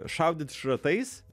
šaudyt šratais